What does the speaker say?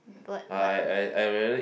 but but